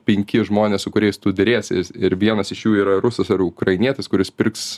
penki žmonės su kuriais tu derėsies ir vienas iš jų yra rusas ar ukrainietis kuris pirks